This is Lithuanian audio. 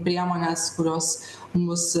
priemones kurios mus